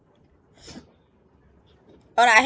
oh I